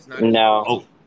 No